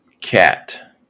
cat